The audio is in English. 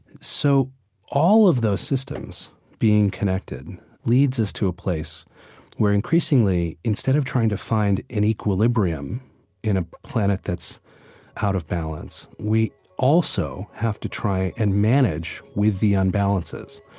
so all of those systems being connected leads us to a place where increasingly instead of trying to find an equilibrium in a planet that's out of balance, we also have to try and manage with the unbalances,